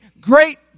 great